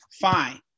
fine